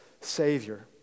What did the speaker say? Savior